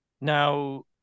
Now